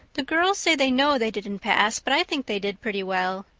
the girls say they know they didn't pass, but i think they did pretty well.